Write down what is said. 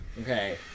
Okay